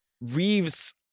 Reeves